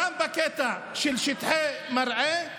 גם בקטע של שטחי מרעה,